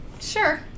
sure